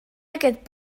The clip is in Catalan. aquest